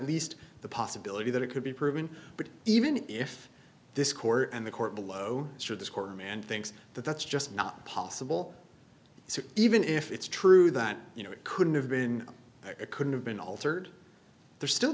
least the possibility that it could be proven but even if this court and the court below should this quarter man thinks that that's just not possible even if it's true that you know it couldn't have been it couldn't have been altered there's still